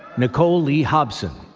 nicole lee hobson,